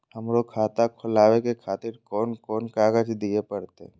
हमरो खाता खोलाबे के खातिर कोन कोन कागज दीये परतें?